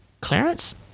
Clarence